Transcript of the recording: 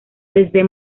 desde